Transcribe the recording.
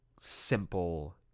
simple